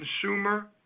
consumer